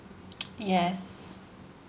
yes